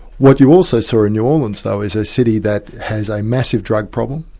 what you also saw in new orleans though is a city that has a massive drug problem,